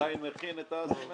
אסי מסינג עדיין מכין את זה?